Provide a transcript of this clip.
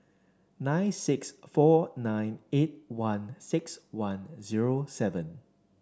nine six four nine eight one six one zero seven